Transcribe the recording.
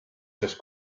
sest